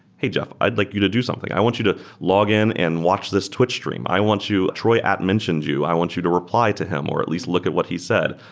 hey, jeff. i'd like you to do something. i want you to login and watch this twitch stream. i want you troy at mentioned you. i want you to reply to him or at least look at what he said.